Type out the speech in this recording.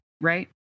right